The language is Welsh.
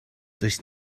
does